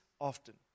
often